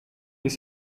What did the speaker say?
les